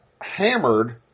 hammered